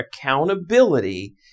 accountability